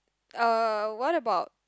uh what about